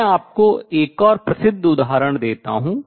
मैं आपको एक और प्रसिद्ध उदाहरण देता हूँ